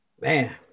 Man